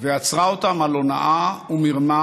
ועצרה אותם על הונאה ומרמה